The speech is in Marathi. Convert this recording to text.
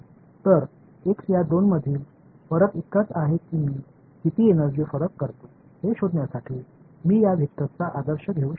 तर x या दोन मधील फरक इतकाच आहे की मी किती एनर्जी फरक करतो हे शोधण्यासाठी मी या वेक्टरचा आदर्श घेऊ शकतो